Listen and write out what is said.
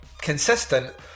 consistent